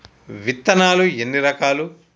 విత్తనాలు ఎన్ని రకాలు?